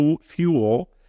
fuel